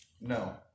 No